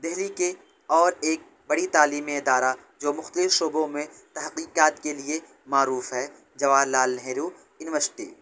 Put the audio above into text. دہلی کے اور ایک بڑی تعلیمی ادارہ جو مختلف شعبوں میں تحقیقات کے لیے معروف ہے جواہر لال نہرو انوسٹی